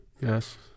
Yes